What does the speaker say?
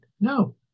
No